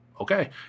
okay